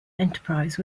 enterprise